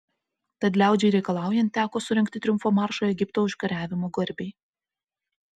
tad liaudžiai reikalaujant teko surengti triumfo maršą egipto užkariavimo garbei